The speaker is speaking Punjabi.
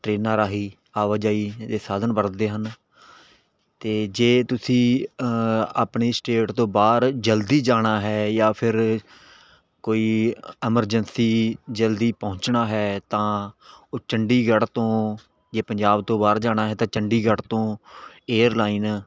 ਟ੍ਰੇਨਾਂ ਰਾਹੀ ਆਵਾਜਾਈ ਦੇ ਸਾਧਨ ਵਰਤਦੇ ਹਨ ਅਤੇ ਜੇ ਤੁਸੀਂ ਆਪਣੀ ਸਟੇਟ ਤੋਂ ਬਾਹਰ ਜਲਦੀ ਜਾਣਾ ਹੈ ਜਾਂ ਫਿਰ ਕੋਈ ਐਮਰਜੰਸੀ ਜਲਦੀ ਪਹੁੰਚਣਾ ਹੈ ਤਾਂ ਉਹ ਚੰਡੀਗੜ੍ਹ ਤੋਂ ਜੇ ਪੰਜਾਬ ਤੋਂ ਬਾਹਰ ਜਾਣਾ ਹੈ ਤਾਂ ਚੰਡੀਗੜ੍ਹ ਤੋਂ ਏਅਰਲਾਈਨ